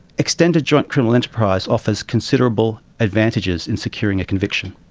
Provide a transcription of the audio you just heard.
extended joint criminal enterprise offers considerable advantages in securing a conviction.